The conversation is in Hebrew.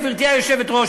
גברתי היושבת-ראש,